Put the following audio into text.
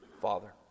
Father